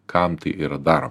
kam tai yra daro